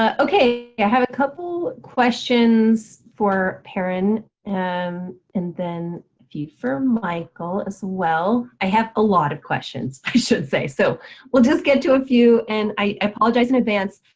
okay. i have a couple questions for parend. and and then a few for michael as well, i have a lot of questions i should say. so we'll just get to a few. and i apologize in advance,